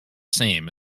same